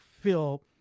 feel